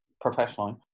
professionally